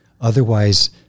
Otherwise